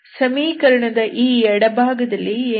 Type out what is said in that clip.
ಸಮೀಕರಣದ ಈ ಎಡಭಾಗದಲ್ಲಿ ಏನಿದೆ